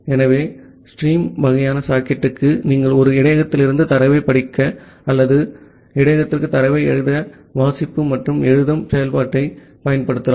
ஆகவே ஸ்ட்ரீம் வகையான சாக்கெட்டுக்கு நீங்கள் ஒரு இடையகத்திலிருந்து தரவைப் படிக்க அல்லது ஒரு இடையகத்திற்கு தரவை எழுத வாசிப்பு மற்றும் எழுதும் செயல்பாட்டைப் பயன்படுத்தலாம்